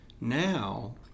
Now